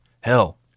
Hell